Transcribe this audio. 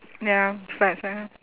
ya sebab sana